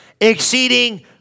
Exceeding